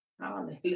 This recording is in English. Hallelujah